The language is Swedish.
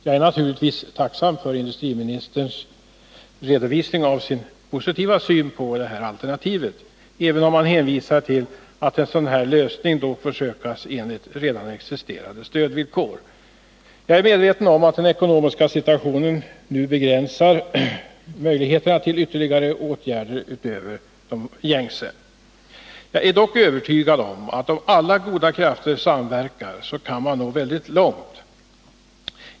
Jag är naturligtvis tacksam för industriministerns redovisning av sin positiva syn på det alternativet, även om jag noterar att han hänvisar till att en sådan lösning får sökas enligt redan existerande stödvillkor. Jag är medveten om att den ekonomiska situationen nu begränsar möjligheterna till ytterligare åtgärder, utöver de gängse åtgärderna. Jag är dock övertygad om att man, om alla goda krafter samverkar, kan nå väldigt långt.